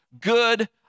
good